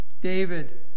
David